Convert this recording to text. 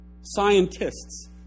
Scientists